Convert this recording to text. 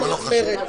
)